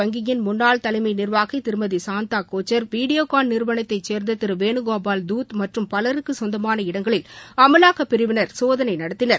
வங்கியின் முன்னாள் தலைமை நிர்வாகி திருமதி சந்தா கோச்சர் வீடியோகான் நிறுவனத்தை சேர்ந்த திரு வேணுகோபால் தூத் மற்றும் பலருக்கு சொந்தமான இடங்களில் அமலாக்கப் பிரிவினா சோதனை நடத்தினர்